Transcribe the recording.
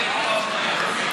2030?